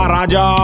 Raja